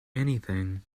anything